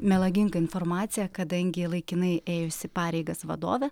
melagingą informaciją kadangi laikinai ėjusi pareigas vadovė